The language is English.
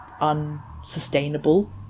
unsustainable